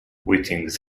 whitings